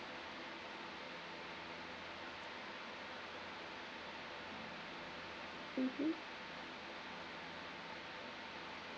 mmhmm